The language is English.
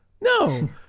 No